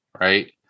right